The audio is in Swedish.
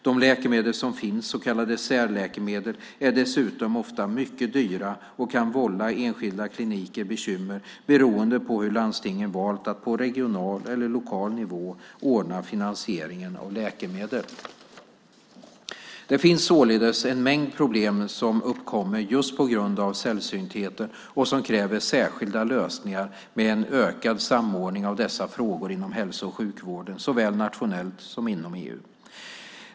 De läkemedel som finns, så kallade särläkemedel, är dessutom ofta mycket dyra och kan vålla enskilda kliniker bekymmer beroende på hur landstingen valt att på regional eller lokal nivå ordna finansieringen av läkemedel. Det finns således en mängd problem som uppkommer just på grund av sällsyntheten och som kräver särskilda lösningar med en ökad samordning av dessa frågor inom hälso och sjukvården, såväl nationellt som inom EU.